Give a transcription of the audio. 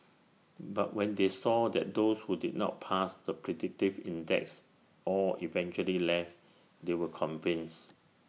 but when they saw that those who did not pass the predictive index all eventually left they were convinced